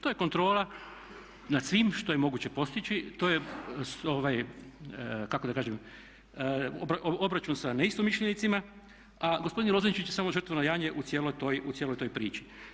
To je kontrola nad svim što je moguće postići, to je kako da kažem obračun sa neistomišljenicima a gospodin Lozančić je samo žrtveno janje u cijeloj toj priči.